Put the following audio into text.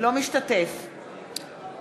אינו משתתף בהצבעה